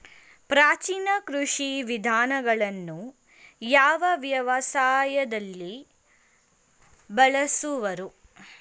ಪ್ರಾಚೀನ ಕೃಷಿ ವಿಧಾನಗಳನ್ನು ಯಾವ ವ್ಯವಸಾಯದಲ್ಲಿ ಬಳಸುವರು?